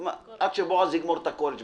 כששבועז יגמור את הקולג'".